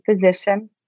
physician